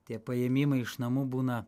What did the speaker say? tie paėmimai iš namų būna